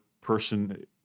person